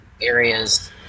areas